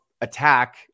attack